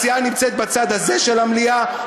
העשייה נמצאת בצד הזה של המליאה,